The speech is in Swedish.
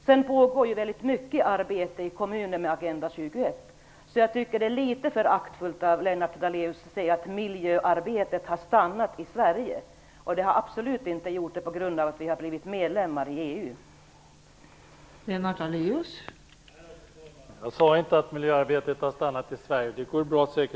Mycket arbete pågår också ute i kommunerna med Agenda 21, så jag tycker att det är litet föraktfullt av Lennart Daléus att säga att miljöarbetet har stannat i Sverige, och att det skulle ha gjort det på grund av att vi har blivit medlemmar i EU stämmer absolut inte.